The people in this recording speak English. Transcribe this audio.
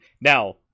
Now